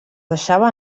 deixava